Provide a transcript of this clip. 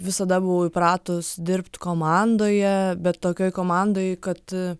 visada buvau įpratus dirbt komandoje bet tokioj komandoj kad